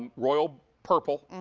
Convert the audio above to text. royal purple.